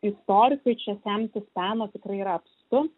istorikui čia semtis peno tikrai yra apstu